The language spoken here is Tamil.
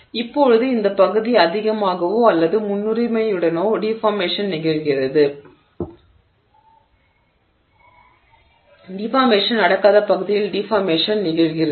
எனவே இப்போது இந்த பகுதி அதிகமாகவோ அல்லது முன்னுரிமையுடனோ டிஃபார்மேஷன் நிகழ்கிறது டிஃபார்மேஷன் நடக்காத பகுதியில் டிஃபார்மேஷன் நிகழ்கிறது